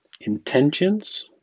intentions